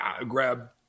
grab